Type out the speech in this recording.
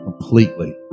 completely